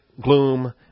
gloom